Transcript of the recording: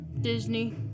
Disney